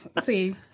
see